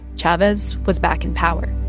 chavez was back in power